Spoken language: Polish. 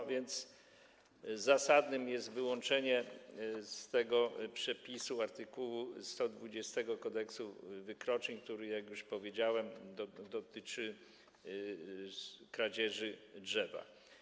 A więc zasadne jest wyłączenie z tego przepisu art. 120 Kodeksu wykroczeń, który - jak już powiedziałem - dotyczy kradzieży drzewa.